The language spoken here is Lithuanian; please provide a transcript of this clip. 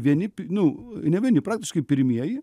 vieni nu ne vieni praktiškai pirmieji